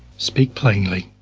speak plainly.